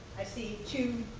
i see two